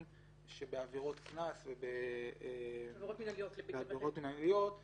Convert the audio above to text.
שבעבירות קנס ובעבירות מינהליות הם